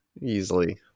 Easily